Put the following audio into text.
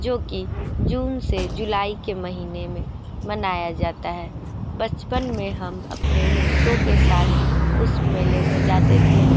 जो की जून से जुलाई के महीने में मनाया जाता है बचपन में हम अपने मित्रों के साथ उस मेले में जाते थे